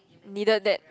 needed that